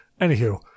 Anywho